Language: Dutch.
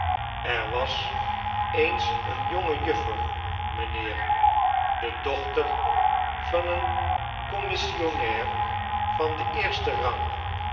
er was eens eene jonge juffer mijnheer de dochter van een commissionair van den eersten rang